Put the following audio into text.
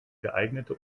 geeignete